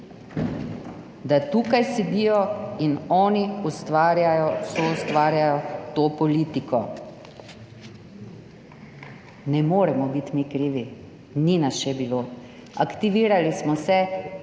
da tukaj sedijo in oni ustvarjajo, soustvarjajo to politiko. Ne moremo biti mi krivi, ni nas še bilo. Aktivirali smo se